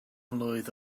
mlwydd